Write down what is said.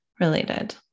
related